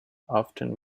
often